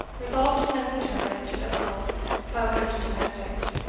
resolved to send the token to the earl by one of the domestics.